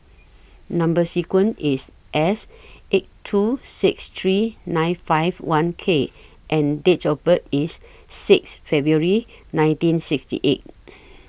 Number sequence IS S eight two six three nine five one K and Date of birth IS six February nineteen sixty eight